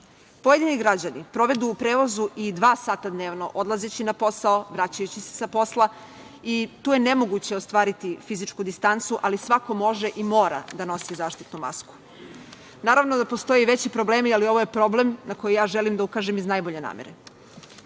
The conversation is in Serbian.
Pojedini građani povedu u prevozu i dva sata dnevno odlazeći na posao, vraćajući se sa posla i tu je nemoguće ostvariti fizičku distancu, ali svako može i mora da nosi zaštitnu masku. Naravno da postoje i veći problemi, ali ovo je problem na koji ja želim da ukažem iz najbolje namere.